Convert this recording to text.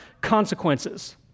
consequences